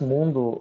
Mundo